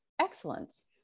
excellence